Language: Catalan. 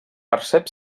percep